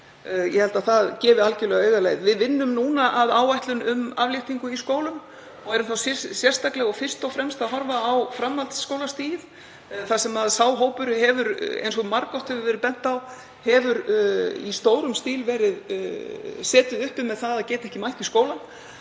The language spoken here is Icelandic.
Ég held að það gefi augaleið. Við vinnum núna að áætlun um afléttingu í skólum og erum þá sérstaklega og fyrst og fremst að horfa á framhaldsskólastigið þar sem sá hópur, eins og margoft hefur verið bent á, hefur í stórum stíl setið uppi með það að geta ekki mætt í skólann.